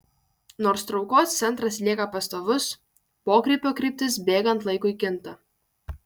nors traukos centras lieka pastovus pokrypio kryptis bėgant laikui kinta